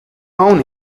own